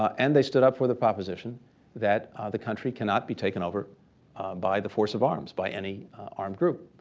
and they stood up for the proposition that the country cannot be taken over by the force of arms, by any armed group.